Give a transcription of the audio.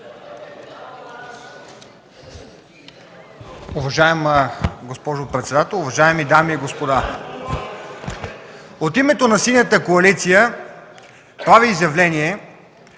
Уважаема госпожо председател, уважаеми дами и господа! От името на Синята коалиция правя изявление.